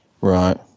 Right